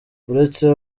uretse